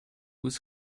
was